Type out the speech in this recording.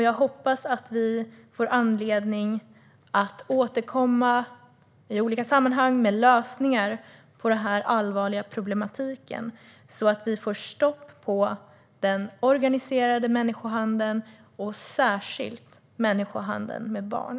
Jag hoppas att vi får anledning att återkomma i olika sammanhang med lösningar på denna allvarliga problematik så att vi får stopp på den organiserade människohandeln och särskilt människohandeln med barn.